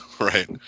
Right